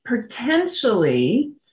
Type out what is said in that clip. potentially